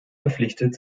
verpflichtet